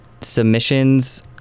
submissions